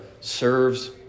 serves